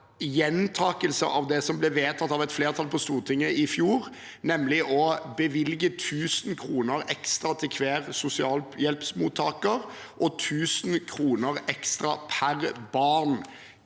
gjentakelse av det som ble vedtatt av et flertall på Stortinget i fjor, nemlig å bevilge 1 000 kr ekstra til hver sosialhjelpsmottaker og 1 000 kr ekstra per barn